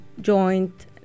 joint